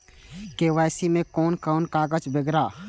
KYC में कोन कोन कागज वगैरा?